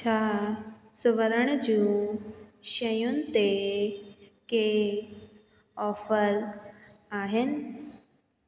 छा स्वर्ण जूं शयुनि ते के ऑफर आहिनि